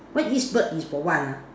what this bird is for what ah